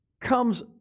comes